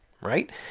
right